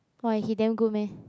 why he damn good meh